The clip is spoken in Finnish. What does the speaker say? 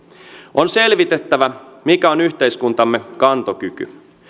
on selvitettävä mikä on yhteiskuntamme kantokyky